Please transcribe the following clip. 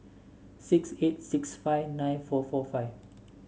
six eight six five nine four four five